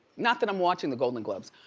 not that i'm watching the golden globes,